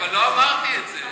לא אמרתי את זה.